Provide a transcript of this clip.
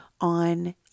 on